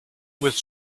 with